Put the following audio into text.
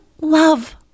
love